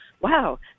wow